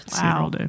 Wow